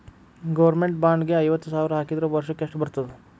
Government bond ಗೆ ಐವತ್ತ ಸಾವ್ರ್ ಹಾಕಿದ್ರ ವರ್ಷಕ್ಕೆಷ್ಟ್ ಬರ್ತದ?